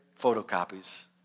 photocopies